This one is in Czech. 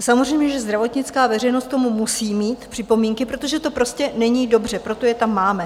Samozřejmě že zdravotnická veřejnost k tomu musí mít připomínky, protože to prostě není dobře, proto je tam máme.